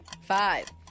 five